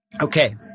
okay